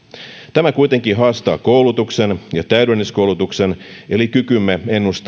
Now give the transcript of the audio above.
tämä kuitenkin haastaa koulutuksen ja täydennyskoulutuksen eli kykymme ennustaa tulevaisuutta ja valmistautua siihen